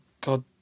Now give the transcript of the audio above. God